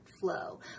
flow